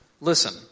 listen